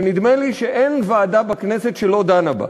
שנדמה לי שאין ועדה בכנסת שלא דנה בה: